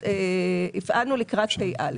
הפעלנו לקראת תשפ"א.